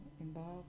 involved